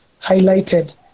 highlighted